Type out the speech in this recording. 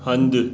हंधु